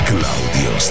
Claudio